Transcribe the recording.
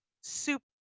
super